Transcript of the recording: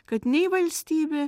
kad nei valstybė